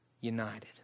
united